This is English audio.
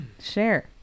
share